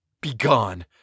Begone